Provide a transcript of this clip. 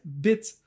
bit